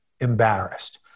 embarrassed